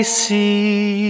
see